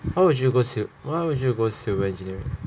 why would you go civ~ why would you go civil engineering